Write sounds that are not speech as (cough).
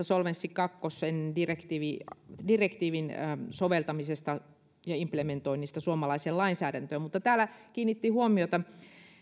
(unintelligible) solvenssi kaksi direktiivin direktiivin soveltamisesta ja implementoinnista suomalaiseen lainsäädäntöön mutta täällä kiinnitti huomiota